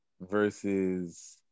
versus